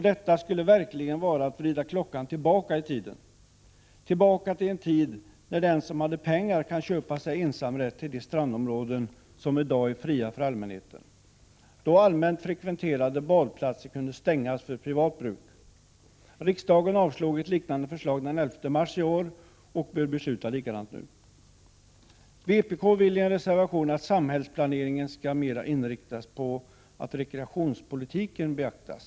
Detta skulle verkligen vara att vrida klockan tillbaka till en tid, då den som hade pengar kunde köpa sig ensamrätt till de strandområden som i dag är fria för allmänheten, då allmänt frekventerade badplatser kunde stängas av för privat bruk. Riksdagen avslog ett liknande förslag den 11 mars i år och bör besluta likadant nu. I vpk-reservationen vill reservanten att samhällsplaneringen mera skall inriktas på att rekreationspolitiken beaktas.